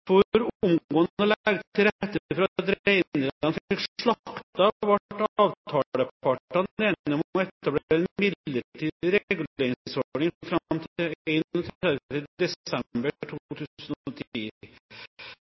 ble avtalepartene enige om å etablere en midlertidig reguleringsordning fram til